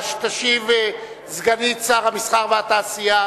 תשיב סגנית שר המסחר והתעשייה.